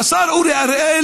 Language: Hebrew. בעיקר בחורף.